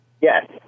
yes